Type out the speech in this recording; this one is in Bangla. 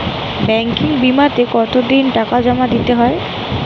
ব্যাঙ্কিং বিমাতে কত দিন টাকা জমা দিতে হয়?